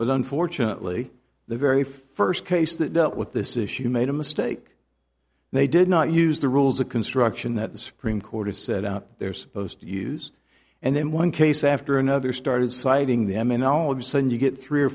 but unfortunately the very first case that dealt with this issue made a mistake they did not use the rules of construction that the supreme court has set out that they're supposed to use and then one case after another started citing them and all of a sudden you get three or